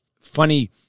funny